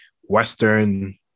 Western